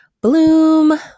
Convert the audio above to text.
bloom